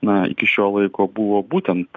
na iki šio laiko buvo būtent